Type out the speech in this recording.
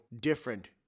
different